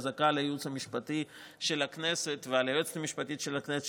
חזקה על הייעוץ המשפטי של הכנסת ועל היועצת המשפטית של הכנסת,